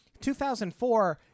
2004